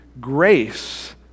grace